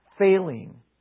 failing